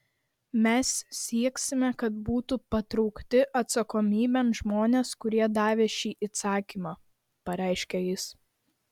mes sieksime kad būtų patraukti atsakomybėn žmonės kurie davė šį įsakymą pareiškė jis